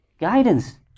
guidance